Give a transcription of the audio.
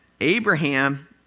Abraham